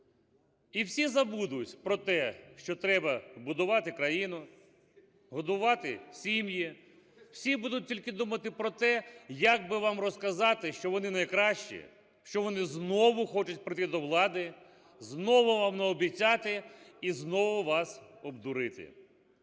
І всі забудуть про те, що треба будувати країну, годувати сім'ї. Всі будуть тільки думати про те, як би вам розказати, що вони найкращі, що вони знову хочуть прийти до влади, знову вам наобіцяти і знову вас обдурити.